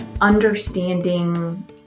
understanding